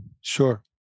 sure